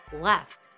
left